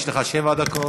יש לך שבע דקות.